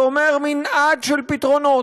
זה אומר מנעד של פתרונות.